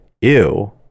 ew